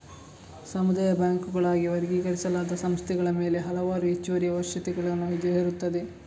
ಸಮುದಾಯ ಬ್ಯಾಂಕುಗಳಾಗಿ ವರ್ಗೀಕರಿಸಲಾದ ಸಂಸ್ಥೆಗಳ ಮೇಲೆ ಹಲವಾರು ಹೆಚ್ಚುವರಿ ಅವಶ್ಯಕತೆಗಳನ್ನು ಹೇರುತ್ತದೆ